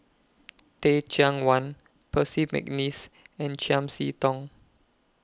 Teh Cheang Wan Percy Mcneice and Chiam See Tong